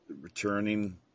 returning